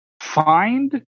find